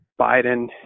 biden